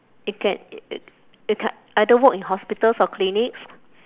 it can you can either work in hospitals or clinics